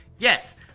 Yes